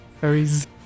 fairies